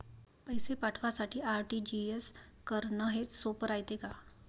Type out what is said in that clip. पैसे पाठवासाठी आर.टी.जी.एस करन हेच सोप रायते का?